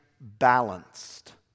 balanced